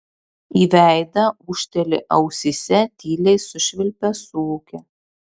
į veidą ūžteli ausyse tyliai sušvilpia suūkia